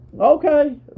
Okay